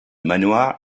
manoir